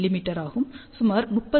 me ஆகும் சுமார் 30 செ